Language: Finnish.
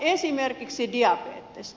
esimerkiksi diabetes